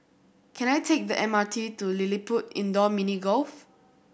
can I take the M R T to LilliPutt Indoor Mini Golf